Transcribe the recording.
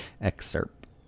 Excerpt